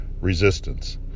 resistance